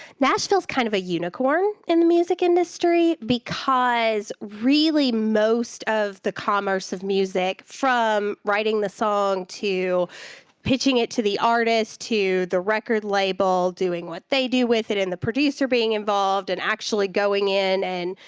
national's kind of a unicorn in the music industry because really most of the commerce of music from writing the song, to pitching it to the artist, to the record label doing what they do with it, and the producer being involved, and actually going in and,